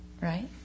right